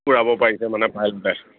উৰাব পাৰিছে মানে পাইলেটে